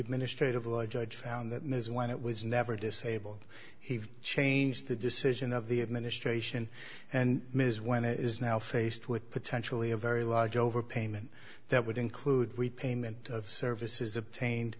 administrative law judge found that ms when it was never disabled he changed the decision of the administration and ms when it is now faced with potentially a very large overpayment that would include repayment of services obtained